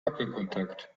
wackelkontakt